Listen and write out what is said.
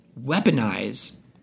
weaponize